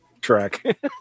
track